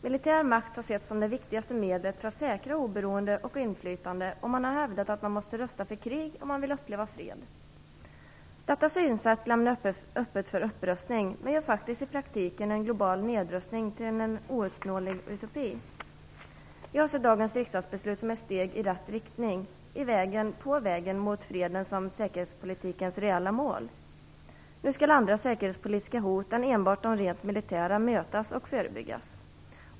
Militär makt har setts som det viktigaste medlet för att säkra oberoende och inflytande. Och man har hävdat att man måste rusta för krig om man vill uppleva fred. Detta synsätt lämnar öppet för upprustning, men gör faktiskt i praktiken en global nedrustning till en ouppnåelig utopi. Jag ser dagens riksdagsbeslut som ett steg i rätt riktning på vägen mot freden som säkerhetspolitikens reella mål. Nu skall andra säkerhetspolitiska hot än enbart de rent militära mötas och förebyggas.